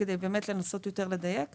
כדי לנסות לדייק יותר.